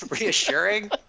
reassuring